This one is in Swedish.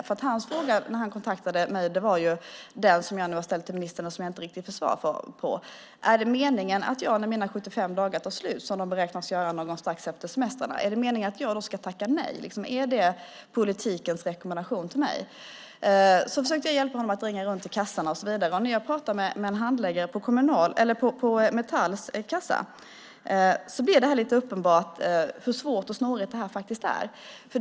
När han kontaktade mig var hans fråga den som jag nu har ställt till ministern men som jag inte riktigt har fått svar på, nämligen: Är det meningen att jag, när mina 75 dagar tar slut, som de beräknas göra någon gång strax efter semestern, ska tacka nej till arbete? Är det politikens rekommendation till mig? Jag hjälpte honom att ringa runt till a-kassorna och så vidare. När jag talade med en handläggare på Metalls a-kassa blev det uppenbart hur svårt och snårigt detta faktiskt är.